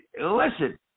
listen